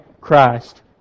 Christ